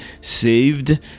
saved